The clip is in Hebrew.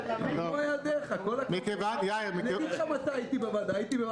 אני אגיד לך מתי הייתי בוועדה.